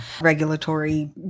regulatory